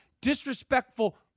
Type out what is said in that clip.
disrespectful